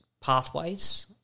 Pathways